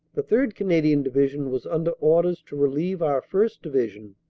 the third. canadian division was under orders to relieve our first. division,